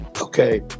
Okay